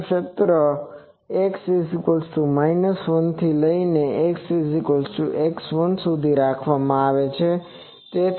તેનું ક્ષેત્ર x 1 થી લઇ ને x x1 સુધી રાખવામાં આવે છે